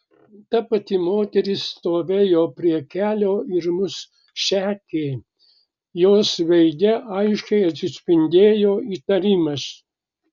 ta pati moteris stovėjo prie kelio ir mus sekė jos veide aiškiai atsispindėjo įtarimas